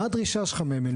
מה הדרישה שלך מהם?